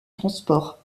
transport